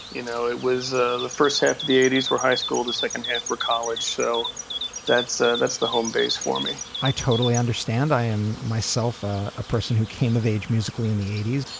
you know it was ah the first half of the eighty s were high school the second half were college so that's ah that's the home base for me i totally understand i am myself a person who came of age musically in the eighty s.